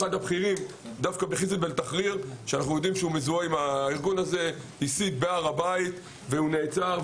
אחד הבכירים שמזוהה עם ארגון -- הסית בהר הבית ונעצר.